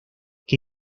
que